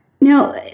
Now